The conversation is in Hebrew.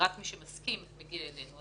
ורק מי שמסכים מגיע אלינו.